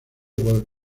por